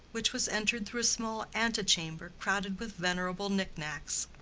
which was entered through a small antechamber crowded with venerable knick-knacks.